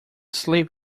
sleep